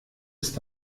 ist